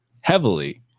heavily